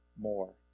more